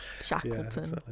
Shackleton